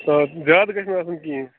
آ زیادٕ گَژھِ نہٕ آسُن کِہیٖنۍ